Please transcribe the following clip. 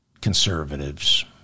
conservatives